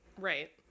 Right